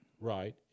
Right